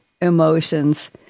emotions